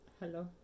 Hello